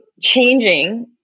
changing